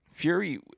Fury